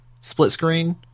split-screen